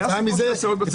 לא